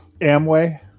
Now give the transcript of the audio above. amway